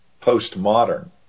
post-modern